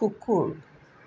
কুকুৰ